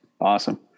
Awesome